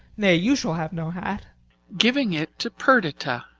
nay, you shall have no hat giving it to perdita.